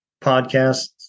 podcasts